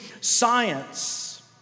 science